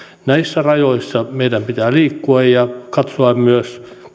näissä rajoissa meidän pitää liikkua ja katsoa myös